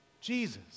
Jesus